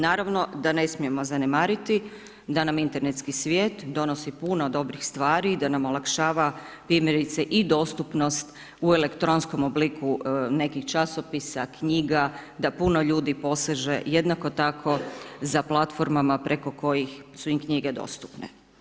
Naravno da ne smijemo zanemariti da nam internetski svijet donosi puno dobrih stvari i da nam olakšava primjerice i dostupnost u elektronskom obliku nekih časopisa, knjiga, da puno ljudi poseže jednako tako za platformama preko kojih su im knjige dostupne.